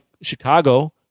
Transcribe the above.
Chicago